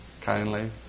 kindly